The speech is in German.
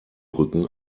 rücken